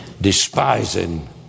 despising